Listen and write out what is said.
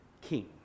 king